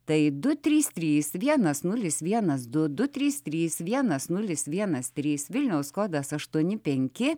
tai du trys trys vienas nulis vienas du du trys trys vienas nulis vienas trys vilniaus kodas aštuoni penki